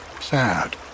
sad